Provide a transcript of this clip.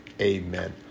amen